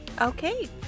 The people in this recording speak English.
Okay